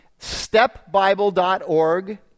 StepBible.org